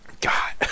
God